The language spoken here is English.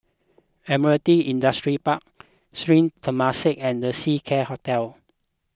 Admiralty Industrial Park Sri Temasek and the Seacare Hotel